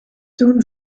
soon